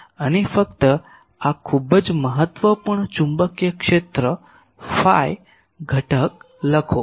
અને ફક્ત આ ખૂબ જ મહત્વપૂર્ણ ચુંબકીય ક્ષેત્ર ફાઈ ઘટક લખો